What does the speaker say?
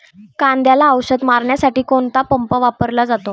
कांद्याला औषध मारण्यासाठी कोणता पंप वापरला जातो?